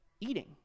eating